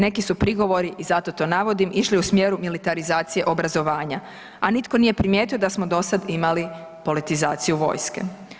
Neki su prigovori i zato to navodim išli u smjeru militarizacije obrazovanja, a nitko nije primijetio da smo do sada imali politizaciju vojske.